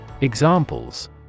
Examples